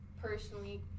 personally